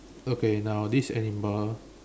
okay now this animal